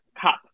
cup